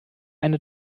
eine